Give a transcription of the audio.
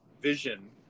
vision